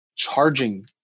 Charging